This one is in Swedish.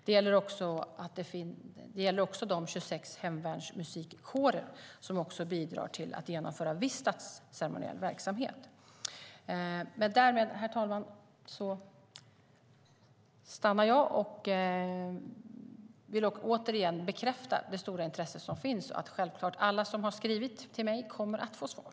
Det gäller också de 26 hemvärnsmusikkårer som bidrar till att genomföra viss statsceremoniell verksamhet. Därmed, herr talman, vill jag än en gång bekräfta det stora intresse som finns och säga att alla som skrivit till mig kommer självklart att få svar.